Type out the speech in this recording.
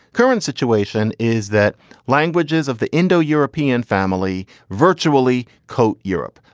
current situation is that languages of the indo-european family virtually kote europe.